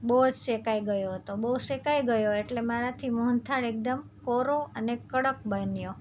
બહુજ શેકાઈ ગયો હતો બહુ શેકાઈ ગયો એટલે મારાથી મોહનથાળ એકદમ કોરો અને કડક બન્યો